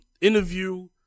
interview